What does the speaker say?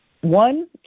one